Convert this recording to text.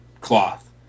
cloth